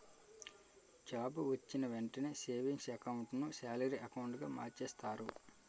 job వొచ్చిన వెంటనే savings account ను సాలరీ అకౌంటుగా మార్చేస్తారు